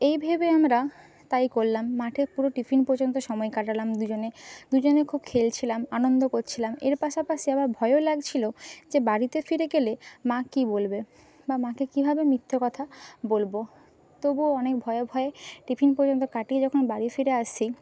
এই ভেবে আমরা তাই করলাম মাঠে পুরো টিফিন পর্যন্ত সময় কাটালাম দুজনে দুজনেই খুব খেলছিলাম আনন্দ কচ্ছিলাম এর পাশাপাশি আবার ভয়ও লাগছিলো যে বাড়িতে ফিরে গেলে মা কী বলবে বা মাকে কীভাবে মিথ্যে কথা বলব তবুও অনেক ভয়ে ভয়ে টিফিন পর্যন্ত কাটিয়ে যখন বাড়ি ফিরে আসছি